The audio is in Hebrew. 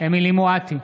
אמילי חיה מואטי,